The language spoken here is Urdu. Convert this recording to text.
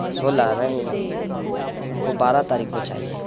سولہ نہیں ہے ہم کو بارہ تاریخ کو چاہیے